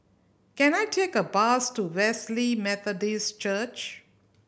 can I take a bus to Wesley Methodist Church